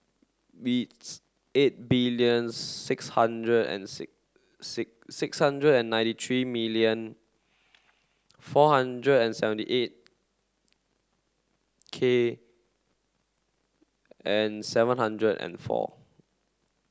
beats eight billion six hundred and six hundred and ninety three million four hundred and seventy eight K and seven hundred and four